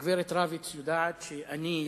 הגברת רביץ יודעת שאני,